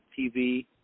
TV